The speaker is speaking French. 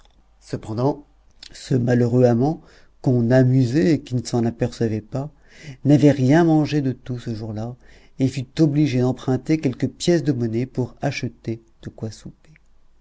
cependant ce malheureux amant qu'on amusait et qui ne s'en apercevait pas n'avait rien mangé de tout ce jour-là et fut obligé d'emprunter quelques pièces de monnaie pour acheter de quoi souper